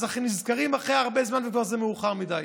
ואז הם נזכרים אחרי הרבה זמן, וזה כבר מאוחר מדי.